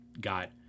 got